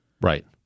Right